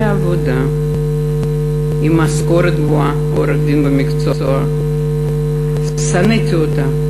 עבודה עם משכורת גבוהה" הוא עורך דין במקצועו "שנאתי אותה,